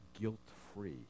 guilt-free